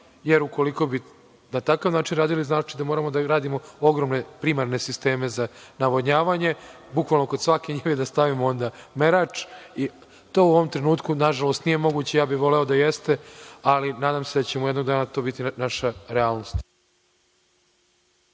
jer ukoliko bi na taj način radili, to znači da moramo da gradimo ogromne primarne sisteme za navodnjavanje, bukvalno kod svake njive da stavimo merač. To u ovom trenutku, nažalost, nije moguće, ja bih voleo da jeste, ali nadam se da će jednog dana to biti naša realnost.